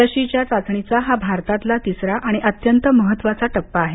लशीच्या चाचणीचा हा भारतातला तिसरा आणि अत्यंत महत्वाचा टप्पा आहे